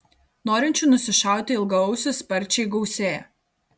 norinčių nusišauti ilgaausį sparčiai gausėja